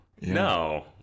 No